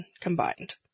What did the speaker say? combined